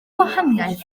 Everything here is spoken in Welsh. gwahaniaeth